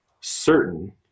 certain